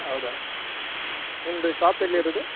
ಹೌದಾ ನಿಮ್ದು ಶಾಪ್ ಎಲ್ಲಿರೋದು